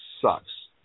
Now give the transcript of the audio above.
sucks